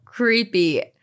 Creepy